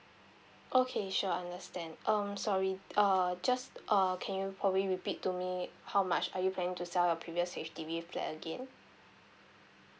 okay sure I understand um sorry uh just uh can you probably repeat to me how much are you planning to sell your previous H_D_B flat again